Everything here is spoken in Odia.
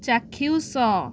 ଚାକ୍ଷୁଷ